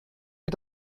wir